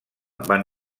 van